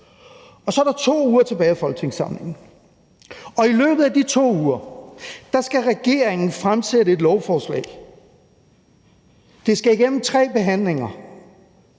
og så er der 2 uger tilbage af folketingssamlingen. Og i løbet af de 2 uger skal regeringen fremsætte et lovforslag. Det skal igennem tre behandlinger,